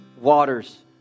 waters